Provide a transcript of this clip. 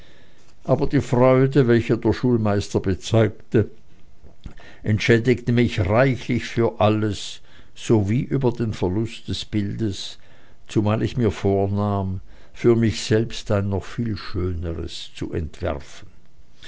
aber die freude welche der schulmeister bezeugte entschädigte mich reichlich für alles sowie über den verlust des bildes zumal ich mir vornahm für mich selbst noch ein viel schöneres zu entwerfen